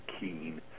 keen